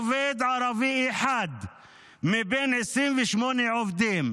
עובד ערבי אחד מבין 28 עובדים,